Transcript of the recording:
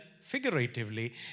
figuratively